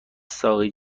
ساقی